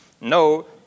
No